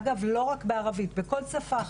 אגב, לא רק בערבית, בכל שפה אחרת.